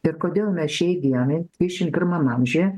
ir kodėl mes šiai dienai dvidešimt pirmam amžiuje